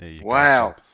Wow